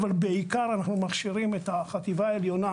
אבל בעיקר אנחנו מכשירים את החטיבה עליונה,